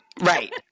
right